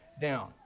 down